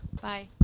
Bye